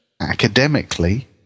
academically